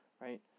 right